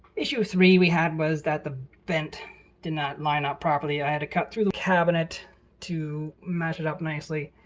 issue three we had was that the vent did not line up properly. i had to cut through the cabinet to match it up nicely.